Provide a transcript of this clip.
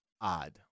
odd